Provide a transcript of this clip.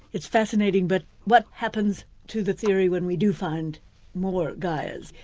it's fascinating, but what happens to the theory when we do find more gaias?